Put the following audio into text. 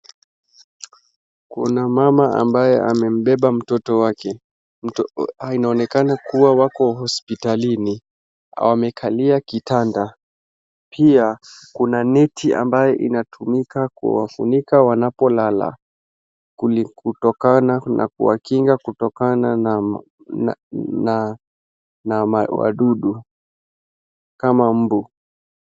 Kuna mama ambaye amembeba mtoto wake. Inaonekana kuwa wako hospitalini. Wamekalia kitanda, pia, kuna neti ambayo inatumika kuwafunika wanapolala, kutokana, kuwakinga kutokana na, na wadudu kama mbu.